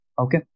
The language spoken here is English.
Okay